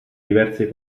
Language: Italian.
diverse